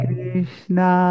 Krishna